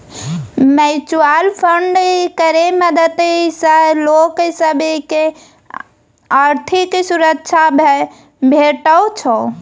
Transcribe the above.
mutual fund केर मदद सँ लोक सब केँ आर्थिक सुरक्षा भेटै छै